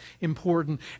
important